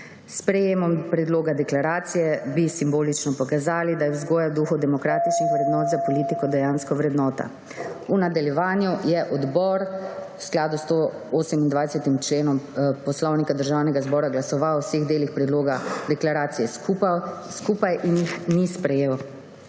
sprejetjem predloga deklaracije bi simbolično pokazali, da je vzgoja v duhu demokratičnih vrednot za politiko dejansko vrednota. V nadaljevanju je odbor v skladu s 128. členom Poslovnika Državnega zbora glasoval o vseh delih predloga deklaracije skupaj in jih ni sprejel.